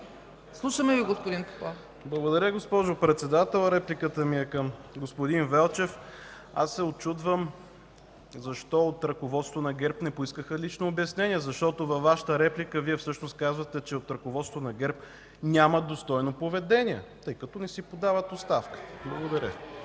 ФИЛИП ПОПОВ (БСП ЛБ): Благодаря, госпожо Председател. Репликата ми е към господин Велчев. Учудвам се защо от ръководството на ГЕРБ не поискаха лично обяснение, защото във Вашата реплика Вие всъщност казвате, че от ръководството на ГЕРБ няма достойно поведение, тъй като не си подават оставката. Благодаря.